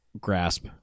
grasp